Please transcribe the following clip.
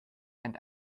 and